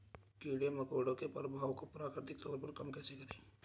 कीड़े मकोड़ों के प्रभाव को प्राकृतिक तौर पर कम कैसे करें?